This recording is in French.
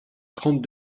trente